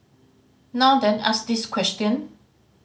now then ask this question